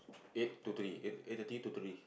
eight to three eight eight thirty to three